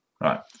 Right